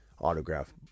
autograph